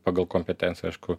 pagal kompetenciją aišku